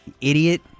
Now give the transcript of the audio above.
idiot